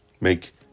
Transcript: Make